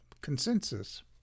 consensus